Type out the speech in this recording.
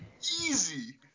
Easy